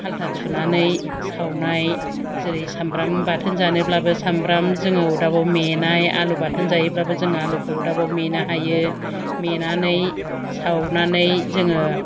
हाल्था थुनानै सावनाय जेरै सामब्राम बाथोन जानोब्लाबो सामब्राम जोङो अरदाबाव मेनाय आलु बाथोन जायोब्लाबो जोङो आलुखौ अरदाबाव मेनो हायो मेनानै सावनानै जोङो